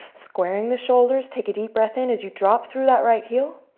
squaring the shoulders. take a deep breath in as you drop through that right heel.